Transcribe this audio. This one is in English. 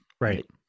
right